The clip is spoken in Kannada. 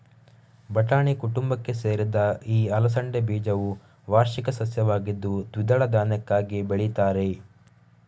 ಬಟಾಣಿ ಕುಟುಂಬಕ್ಕೆ ಸೇರಿದ ಈ ಅಲಸಂಡೆ ಬೀಜವು ವಾರ್ಷಿಕ ಸಸ್ಯವಾಗಿದ್ದು ದ್ವಿದಳ ಧಾನ್ಯಕ್ಕಾಗಿ ಬೆಳೀತಾರೆ